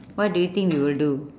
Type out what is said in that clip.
what do you think we will do